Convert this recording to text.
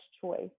choice